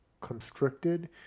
constricted